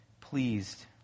pleased